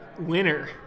winner